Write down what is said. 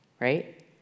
right